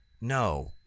no